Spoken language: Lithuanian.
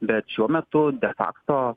bet šiuo metu de fakto